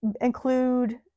include